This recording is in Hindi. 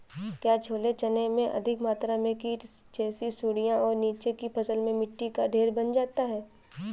क्या छोले चने में अधिक मात्रा में कीट जैसी सुड़ियां और नीचे की फसल में मिट्टी का ढेर बन जाता है?